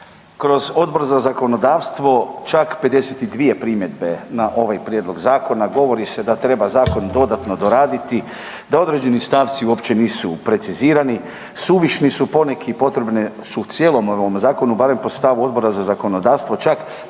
kroz Odbor za zakonodavstvo čak 52 primjedbe na ovaj prijedlog zakona. Govori se da treba zakon dodatno doraditi, da određeni stavci uopće nisu precizirani, suvišni su poneki, potrebne su u cijelom ovom zakonu barem po stavu Odbora za zakonodavstvo čak